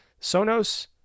Sonos